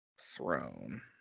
throne